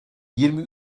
yirmi